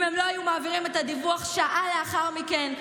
אם הם לא היו מעבירים את הדיווח שעה לאחר מכן,